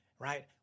right